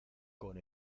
con